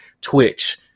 Twitch